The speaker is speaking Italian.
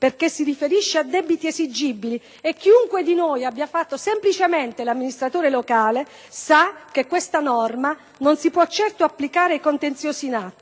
perché si riferisce a debiti esigibili e chiunque di noi abbia fatto semplicemente l'amministratore locale sa che questa norma non si può certo applicare ai contenziosi in